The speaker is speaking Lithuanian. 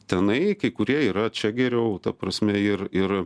tenai kai kurie yra čia geriau ta prasme ir ir